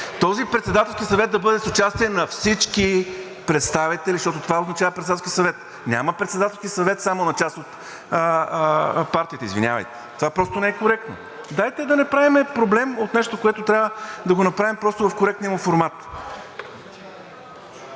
Този Председателски съвет да бъде с участието на всички представители, защото това е обичаен Председателски съвет. Няма Председателски съвет само на част от партиите, извинявайте. Това просто не е коректно. Дайте да не правим проблем от нещо, което трябва да го направим просто в коректния му формат.